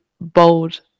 bold